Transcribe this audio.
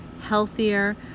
healthier